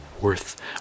worth